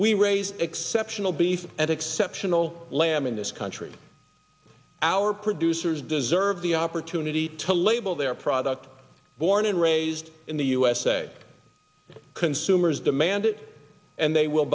we raise exceptional beef and exceptional lamb in this country our producers deserve the opportunity to label their product born and raised in the usa consumers demand it and they will